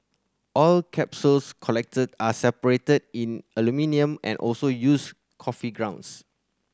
all capsules collected are separated in aluminium and also used coffee grounds